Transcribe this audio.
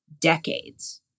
decades